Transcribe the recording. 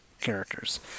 characters